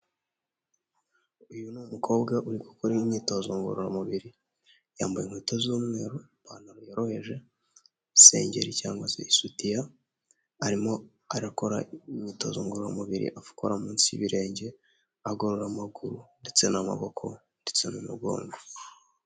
Uyu ni umukobwa uri gukora imyitozo ngororamubiri, yambaye inkweto z'umweru, ipantaro yoroheje, isengeri cyangwa se isutiya, arimo arakora imyitozo ngororamubiri akora munsi y'ibirenge, agorora amaguru ndetse n'amaboko ndetse n'umugongo.